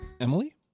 Emily